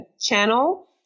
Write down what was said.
channel